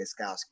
Gaskowski